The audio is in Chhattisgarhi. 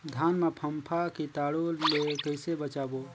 धान मां फम्फा कीटाणु ले कइसे बचाबो?